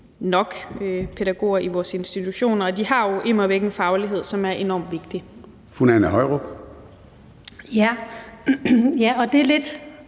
nok pædagoger i vores institutioner, og de har jo immer væk en faglighed, som er enormt vigtig. Kl. 18:54 Formanden (Søren